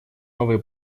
новые